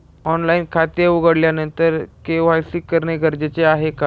Online खाते उघडल्यानंतर KYC करणे गरजेचे आहे का?